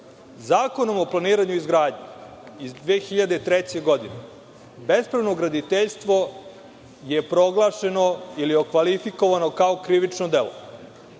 Zakonom o planiranju i izgradnji iz 2003. godine bespravno graditeljstvo je proglašeno ili okvalifikovano kao krivično